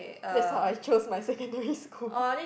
that's why I choose my secondary school